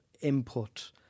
input